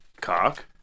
cock